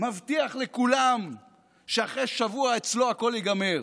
מבטיח לכולם שאחרי שבוע אצלו הכול ייגמר,